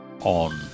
on